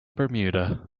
bermuda